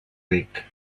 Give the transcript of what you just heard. ric